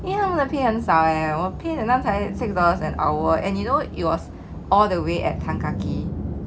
then 他们的 pay 很少欸我的 pay 好像才 six dollars an hour and you know it was all the way at tan kah kee